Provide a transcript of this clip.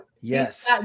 Yes